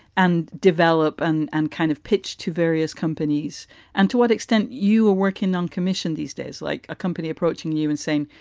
and develop and and kind of pitch to various companies and to what extent you are working on commission these days, like a company approaching you and saying,